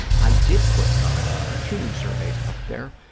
i did put ah two new surveys up there.